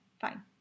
fine